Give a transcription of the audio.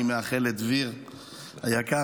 אני מאחל לדביר היקר,